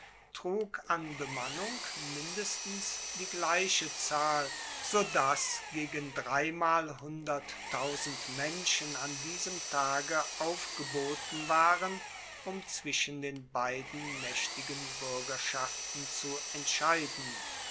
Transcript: trug an bemannung mindestens die gleiche zahl so dass gegen dreimalhunderttausend menschen an diesem tage aufgeboten waren um zwischen den beiden maechtigen buergerschaften zu entscheiden